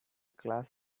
class